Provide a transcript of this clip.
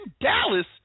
Dallas